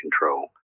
control